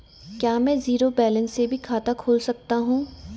क्या में zero balance से भी खाता खोल सकता हूँ?